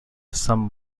some